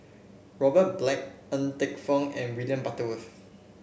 Robert Black Ng Teng Fong and William Butterworth